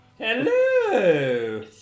Hello